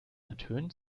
ertönt